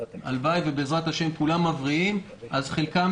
הלוואי ובעזרת השם כולם מבריאים ואז חלקם